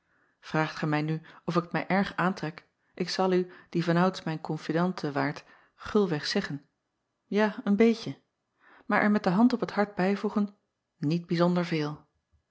raagt gij mij nu of ik t mij erg aantrek ik zal u die vanouds mijn confidente waart gulweg zeggen ja een beetje maar er met de hand op het hart bijvoegen niet bijzonder veel